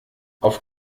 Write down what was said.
auf